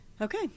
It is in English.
Okay